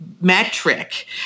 metric